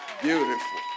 beautiful